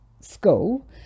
school